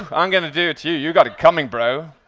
um i'm going to do it to you. you got it coming, bro'?